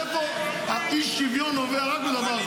מי משלם את זה?